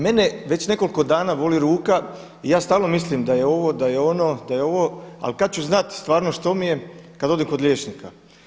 Mene već nekoliko dana boli ruka i ja stalno mislim da je ovo da je ono da je ovo ali kada ću znati stvarno što mi je, kada odem kod liječnika.